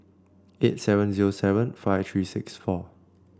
eight seven zero seven five three six four